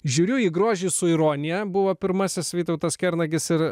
žiūriu į grožį su ironija buvo pirmasis vytautas kernagis ir